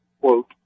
quote